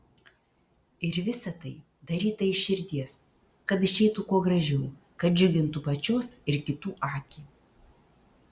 ir visa tai daryta iš širdies kad išeitų kuo gražiau kad džiugintų pačios ir kitų akį